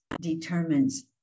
determines